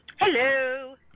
Hello